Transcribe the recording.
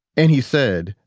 and he said,